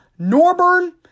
Norburn